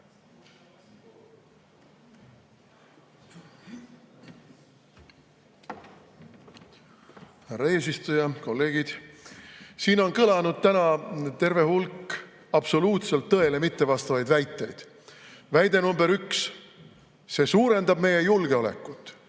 eesistuja! Kolleegid! Siin on kõlanud täna terve hulk absoluutselt tõele mittevastavaid väiteid. Väide number üks: see suurendab meie julgeolekut.